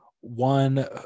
one